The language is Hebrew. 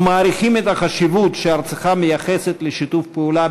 ומעריכים את החשיבות שארצך מייחסת לשיתוף פעולה